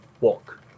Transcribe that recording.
walk